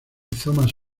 thomas